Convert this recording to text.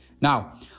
Now